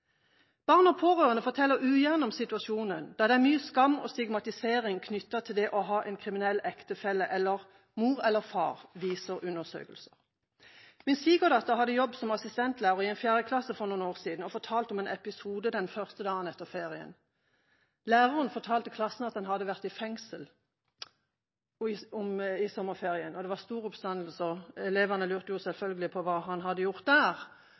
Barn og pårørende forteller ugjerne om situasjonen, da det er mye skam og stigmatisering knyttet til det å ha en kriminell ektefelle eller mor eller far, viser undersøkelser. Min svigerdatter hadde jobb som assistentlærer i en fjerdeklasse for noen år siden og fortalte om en episode den første dagen etter ferien. Læreren fortalte klassen at han hadde vært i fengsel i sommerferien. Det ble stor oppstandelse, og elevene lurte selvfølgelig på hva han hadde gjort der.